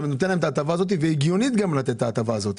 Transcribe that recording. אתה נותן להם את ההטבה הזאת וזה גם הגיוני לתת את ההטבה הזאת.